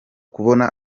kubona